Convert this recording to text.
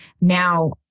Now